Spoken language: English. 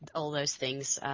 all those things. i